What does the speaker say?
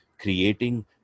creating